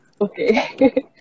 Okay